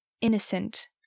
innocent